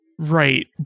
right